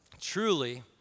truly